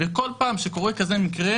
כל פעם שקורה מקרה כזה,